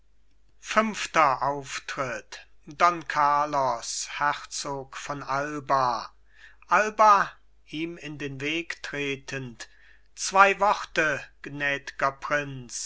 fünfter auftritt don carlos herzog von alba alba ihm in den weg tretend zwei worte